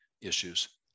issues